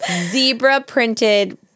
zebra-printed